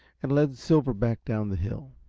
and led silver back down the hill.